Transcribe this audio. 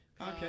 Okay